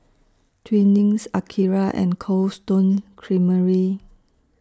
Twinings Akira and Cold Stone Creamery